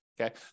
Okay